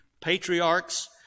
patriarchs